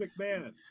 McMahon